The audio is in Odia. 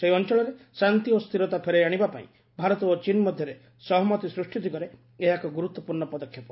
ସେହି ଅଞ୍ଚଳରେ ଶାନ୍ତି ଓ ସ୍ଥିରତା ଫେରାଇ ଆଶିବା ପାଇଁ ଭାରତ ଓ ଚୀନ ମଧ୍ୟରେ ସହମତି ସୃଷ୍ଟି ଦିଗରେ ଏହା ଏକ ଗୁରୁତ୍ୱପୂର୍ଣ୍ଣ ପଦକ୍ଷେପ